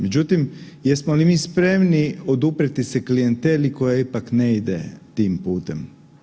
Međutim, jesmo li mi spremni oduprijeti se klijenteli koja ipak ne ide tim putem?